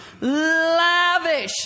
lavish